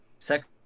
Second